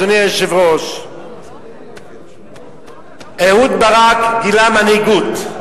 אדוני היושב-ראש: אהוד ברק גילה מנהיגות,